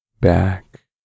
back